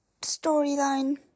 storyline